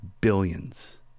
billions